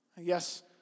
Yes